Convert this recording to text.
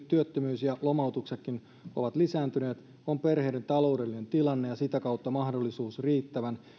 työttömyys ja lomautuksetkin ovat lisääntyneet on perheiden taloudellinen tilanne ja sitä kautta mahdollisuus riittävän